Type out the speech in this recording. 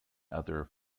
other